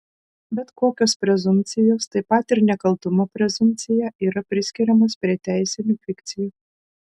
bet kokios prezumpcijos taip pat ir nekaltumo prezumpcija yra priskiriamos prie teisinių fikcijų